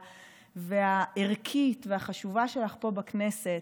הערכית והחשובה שלך פה בכנסת.